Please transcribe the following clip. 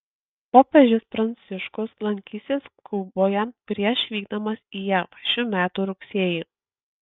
popiežius pranciškus lankysis kuboje prieš vykdamas į jav šių metų rugsėjį